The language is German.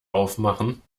aufmachen